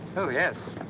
oh, yes.